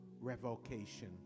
revocation